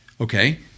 okay